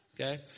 Okay